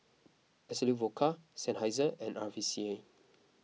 Absolut Vodka Seinheiser and R V C A